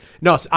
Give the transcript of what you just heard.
No